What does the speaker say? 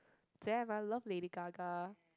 damn I love Lady-Gaga